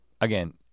again